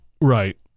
right